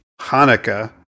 Hanukkah